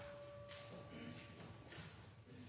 takke